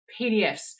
PDFs